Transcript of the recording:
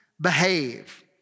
behave